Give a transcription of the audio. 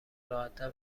راحتتر